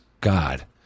god